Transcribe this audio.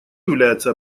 является